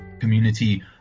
community